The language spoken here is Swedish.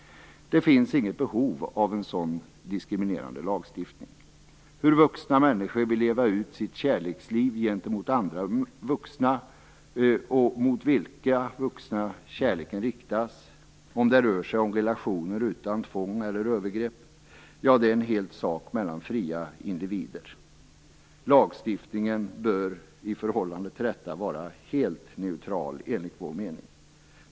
Det finns inget behov av en sådan diskriminerande lagstiftning. Hur vuxna människor vill leva ut sitt kärleksliv gentemot andra vuxna och mot vilka vuxna kärleken riktas är helt en sak mellan fria individer, om det rör sig relationer utan tvång eller övergrepp. Lagstiftningen bör i förhållande till detta vara helt neutral, enligt vår mening.